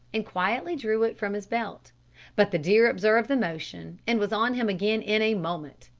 and quietly drew it from his belt but the deer observed the motion, and was on him again in a moment.